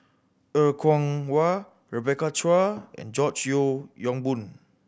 Er Kwong Wah Rebecca Chua and George Yeo Yong Boon